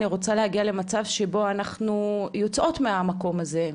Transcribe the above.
רוצים להגיע למצב שבו אנחנו יוצאות מהמקום הזה,